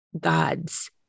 God's